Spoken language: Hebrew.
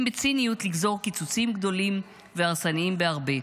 בציניות לגזור קיצוצים גדולים והרסניים בהרבה,